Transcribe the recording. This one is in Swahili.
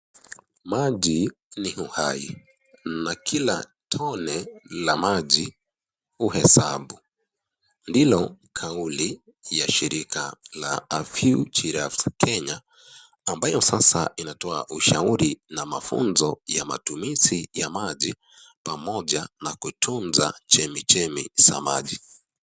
Maji ni uhai, na kila tone la maji uhesabu. Ndilo kauli ya shirika la A View Girrafes Kenya ambayo sasa inatoa ushauri na mafunzo ya matumizi ya maji, pamoja na kutunza chemichemi za maji.